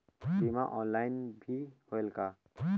बीमा ऑनलाइन भी होयल का?